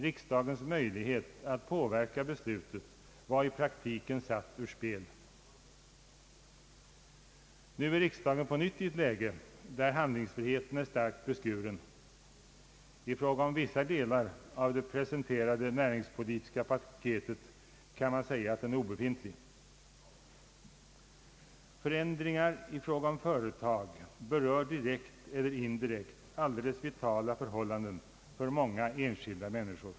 Riksdagens möjlighet att påverka beslutet var i praktiken satt ur spel. Nu är riksdagen på nytt i ett läge där handlingsfriheten är starkt beskuren. I fråga om vissa delar av det presenterade näringspolitiska paketet kan man säga att den är obefintlig. Förändringar i fråga om företag berör direkt eller indirekt alldeles vitala förhållanden för många enskilda människor.